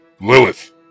Lilith